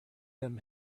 them